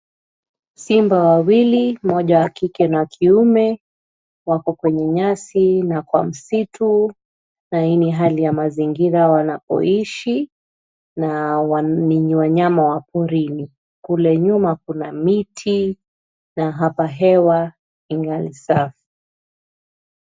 Simba wawili, mmoja wa kike na kiume, wako kwenye nyasi na kwa msitu, na hii ni hali ya mazingira wanapoishi, na ni wanyama wa porini. Kule nyuma kuna miti na hapa hewa ingali safi.